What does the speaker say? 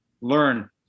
learn